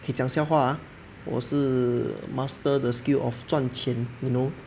okay 讲笑话 ah 我是 master the skill of 赚钱 you know